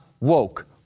woke